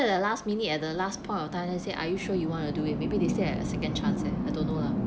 the last minute at the last point of time they say are you sure you want to do it maybe they still have a second chance eh and I don't know lah